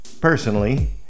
Personally